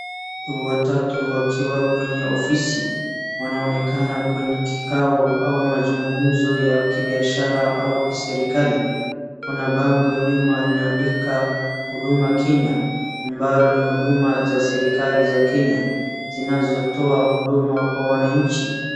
Watu watatu wakiwa kwenye ofisi, wanaonekana kwenye kikao au mazungumzo ya kibiashara au kiserikali. Kuna bango nyuma linaandika Huduma Kenya ambalo ni huduma za serikali za Kenya zinazotoa huduma kwa wananchi.